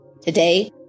Today